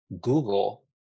Google